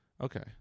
okay